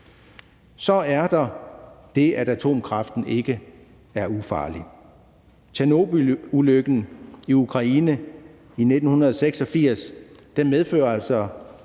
Så er der også det, at atomkraften ikke er ufarlig. Tjernobylulykken i Ukraine i 1986 medførte altså,